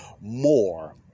more